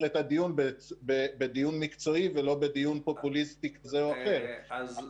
את הדיון כדיון מקצועי ולא כדיון פופוליסטי כזה או אחר.